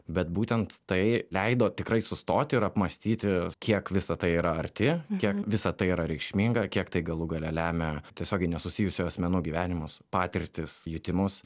bet būtent tai leido tikrai sustoti ir apmąstyti kiek visa tai yra arti kiek visa tai yra reikšminga kiek tai galų gale lemia tiesiogiai nesusijusių asmenų gyvenimus patirtis jutimus